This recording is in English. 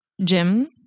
Jim